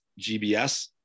GBS